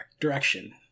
direction